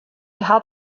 hat